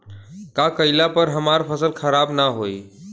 का कइला पर हमार फसल खराब ना होयी?